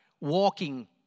walking